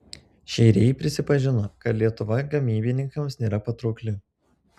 šeiriai prisipažino kad lietuva gamybininkams nėra patraukli